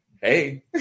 hey